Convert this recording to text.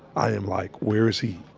i am like where is he?